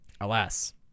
Alas